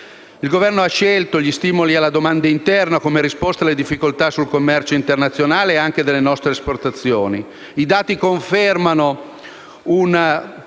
Il Governo ha scelto gli stimoli alla domanda interna come risposta alle difficoltà sul commercio internazionale anche delle nostre esportazioni. I dati confermano una